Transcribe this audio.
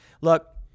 Look